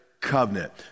covenant